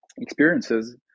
experiences